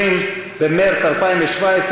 20 במרס 2017,